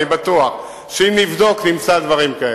אני בטוח שאם נבדוק נמצא דברים כאלה.